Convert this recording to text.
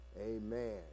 Amen